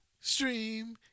Stream